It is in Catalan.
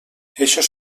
eixos